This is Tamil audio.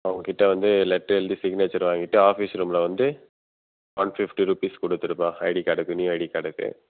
அவங்க கிட்ட வந்து லெட்டர் எழுதி சிக்னேச்சர் வாங்கிகிட்டு ஆபிஸ் ரூமில் வந்து ஒன் ஃபிஃப்டி ரூபிஸ் கொடுத்துருப்பா ஐடி கார்டுக்கு நியூ ஐடி கார்டுக்கு